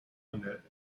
owner